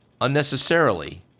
unnecessarily